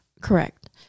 Correct